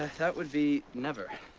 that would be never.